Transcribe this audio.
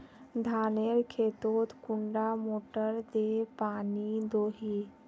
धानेर खेतोत कुंडा मोटर दे पानी दोही?